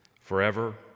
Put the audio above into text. forever